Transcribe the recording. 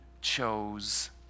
chose